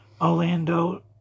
Orlando